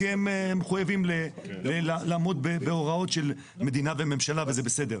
כי הם מחויבים לעמוד בהוראות של מדינה וממשלה וזה בסדר.